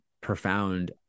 profound